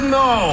no